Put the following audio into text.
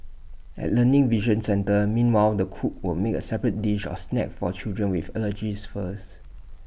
at learning vision centres meanwhile the cook will make A separate dish or snack for children with allergies first